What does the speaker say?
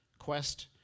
quest